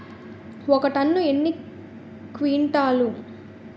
ఒక టన్ను ఎన్ని క్వింటాల్లు?